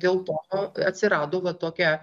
dėl to atsirado va tokia